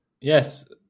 Yes